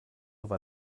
war